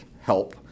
help